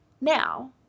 Now